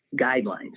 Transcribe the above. guidelines